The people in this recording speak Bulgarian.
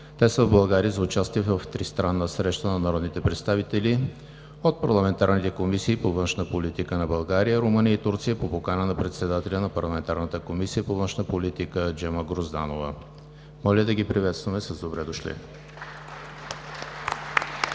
Те са в България за участие в тристранна среща на народните представители от парламентарните комисии по външна политика на България, Румъния и Турция по покана на председателя на парламентарната Комисия по външна политика Джема Грозданова. Моля да ги приветстваме с „Добре дошли!“.